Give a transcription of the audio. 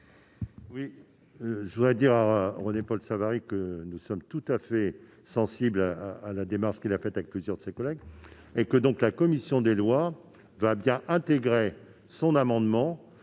Je voudrais dire à René-Paul Savary que nous sommes tout à fait sensibles à la démarche qu'il a entreprise avec plusieurs de ses collègues et que la commission des lois intégrera bien cet amendement